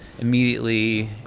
immediately